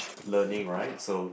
learning right so